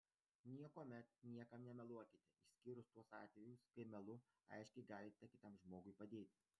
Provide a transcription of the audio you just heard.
niekuomet niekam nemeluokite išskyrus tuos atvejus kai melu aiškiai galite kitam žmogui padėti